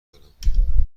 دارم